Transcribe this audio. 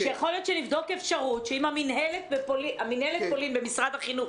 יכול להיות שנבדוק אפשרות שאם מינהלת פולין במשרד החינוך